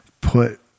put